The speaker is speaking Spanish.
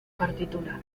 partitura